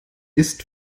ist